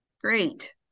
Great